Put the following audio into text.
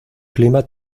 clima